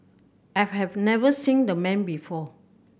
I've have never seen the man before